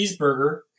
cheeseburger